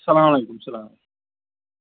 اسلام علیکُم